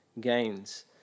gains